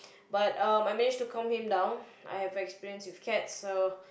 but um I managed to calm him down I have experience with cats so